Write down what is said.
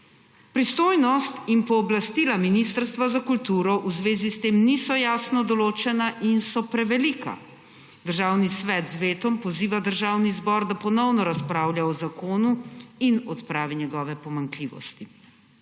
Pristojnost in pooblastila Ministrstva za kulturo v zvezi s tem niso jasno določena in so prevelika. Državni svet z vetom poziva Državni zbor, da ponovno razpravlja o zakonu in odpravi njegove pomanjkljivosti.